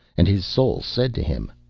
and his soul said to him,